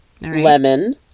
lemon